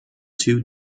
two